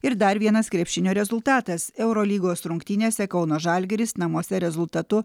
ir dar vienas krepšinio rezultatas eurolygos rungtynėse kauno žalgiris namuose rezultatu